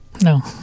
No